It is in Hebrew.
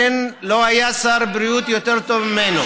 אין, לא היה שר בריאות יותר טוב ממנו.